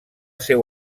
seu